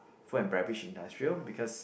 food and beverage industrial because